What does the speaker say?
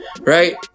right